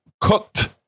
cooked